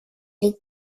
les